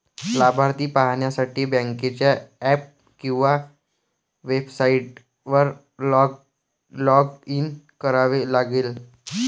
लाभार्थी पाहण्यासाठी बँकेच्या ऍप किंवा वेबसाइटवर लॉग इन करावे लागेल